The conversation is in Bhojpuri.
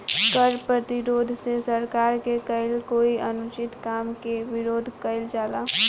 कर प्रतिरोध से सरकार के कईल कोई अनुचित काम के विरोध कईल जाला